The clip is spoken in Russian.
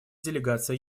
делегация